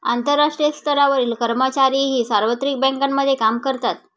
आंतरराष्ट्रीय स्तरावरील कर्मचारीही सार्वत्रिक बँकांमध्ये काम करतात